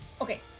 Okay